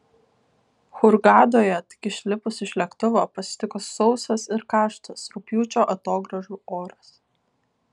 hurgadoje tik išlipus iš lėktuvo pasitiko sausas ir karštas rugpjūčio atogrąžų oras